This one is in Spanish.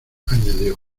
añadió